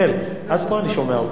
רחל, עד פה אני שומע אותך,